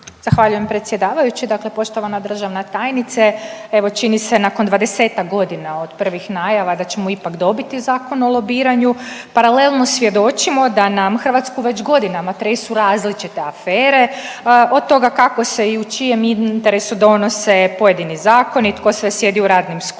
Zahvaljujem predsjedavajući. Dakle, poštovana državna tajnice evo čini se nakon 20-tak godina od prvih najava da ćemo ipak dobiti Zakon o lobiranju. Paralelno svjedočimo da nam Hrvatsku već godinama tresu različite afere od toga kako se i u čijem interesu donose pojedini zakoni, tko sve sjedi u radnim skupinama